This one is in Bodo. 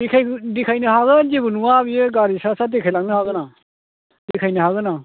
देखायनो हागोन जेबो नङा बेयो गारि सा सा देखाय लांनो हागोन आं देखायनो हागोन आं